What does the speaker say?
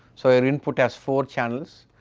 so your input has four channels,